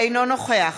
אינו נוכח